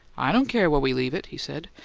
i don't care where we leave it, he said.